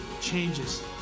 changes